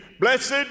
Blessed